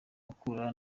mukura